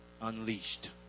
unleashed